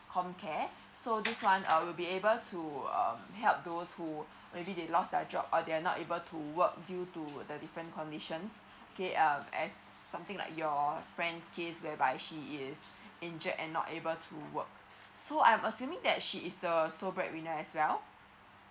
comcare so this one uh will be able to uh help those who maybe they lost their job or they are not able to work due to the different conditions okay uh as something like your friend's case whereby she is injured and not able to work so I'm assuming that she is the sole breadwinner as well